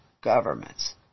governments